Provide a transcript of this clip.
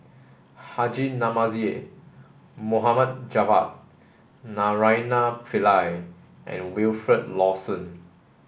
Haji Namazie Javad Naraina Pillai and Wilfed Lawson